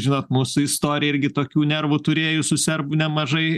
žinot mūsų istorija irgi tokių nervų turėjus su serbų nemažai